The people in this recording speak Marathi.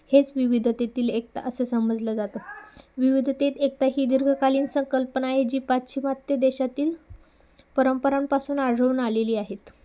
हेच विविधतेतील एकता असं समजलं जातं विविधतेत एकता ही दीर्घकालीन संकल्पना आहे जी पाश्चिमात्य देशातील परंपरांपासून आढळून आलेली आहेत